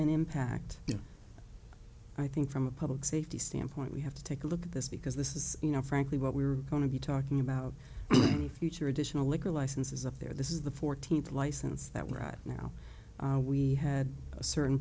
know i think from a public safety standpoint we have to take a look at this because this is you know frankly what we're going to be talking about the future additional liquor licenses up there this is the fourteenth license that right now we had a certain